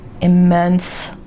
immense